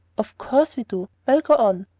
of course we do. well, go on.